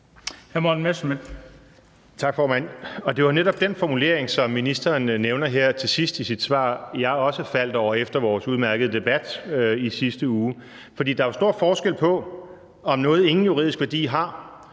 Det var netop den formulering, som ministeren nævner her til sidst i sit svar, jeg også faldt over efter vores udmærkede debat i sidste uge. For der er jo stor forskel på, om noget ingen juridisk værdi har,